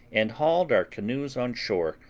and hauled our canoes on shore,